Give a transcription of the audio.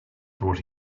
brought